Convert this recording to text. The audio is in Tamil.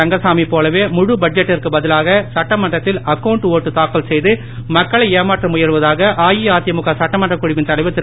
ரங்கசாமி போலவே முழு பட்ஜெட்டிற்கு பதிலாக சட்டமன்றத்தில் அக்கவுண்ட் ஓட்டு தாக்கல் செய்து மக்களை ஏமாற்ற முயலுவதாக அஇஅதிமுக சட்டமன்ற குழுவின் தலைவர் திரு